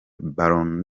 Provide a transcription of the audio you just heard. ballon